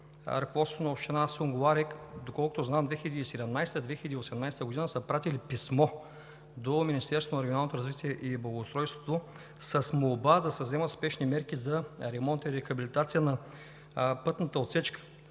ръководството на община Сунгурларе, доколкото знам 2017 – 2018 г. са пратили писмо до Министерството на регионалното развитие и благоустройството с молба да се вземат спешни мерки за ремонта и рехабилитацията на пътната отсечка.